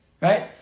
Right